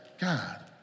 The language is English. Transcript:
God